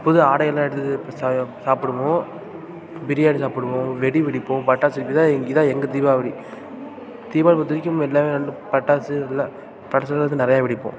புது ஆடைகளெலாம் எடுத்து ச சாப்பிடுவோம் பிரியாணி சாப்பிடுவோம் வெடி வெடிப்போம் பட்டாசு இதுதான் இதுதான் எங்கள் தீபாவளி தீபாவளி பொறுத்தவரைக்கும் எல்லாமே பட்டாசு எல்லாம் பட்டாசெலாம் வந்து நிறையா வெடிப்போம்